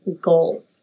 goal